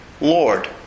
Lord